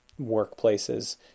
workplaces